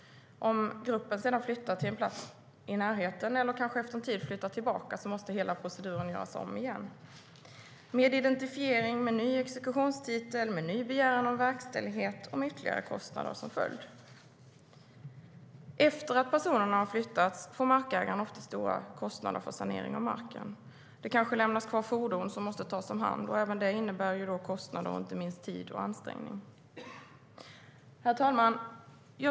Om gruppen flyttar till en plats i närheten eller efter en tid flyttar tillbaka måste hela proceduren göras om igen med identifiering, ny exekutionstitel, ny begäran om verkställighet och ytterligare kostnader som följd. Efter att personerna har flyttats får markägaren ofta stora kostnader för sanering av marken. Det kanske lämnas kvar fordon som måste tas om hand. Även det kostar, inte minst i tid och ansträngning. Herr talman!